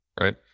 right